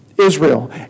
Israel